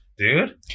dude